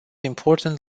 important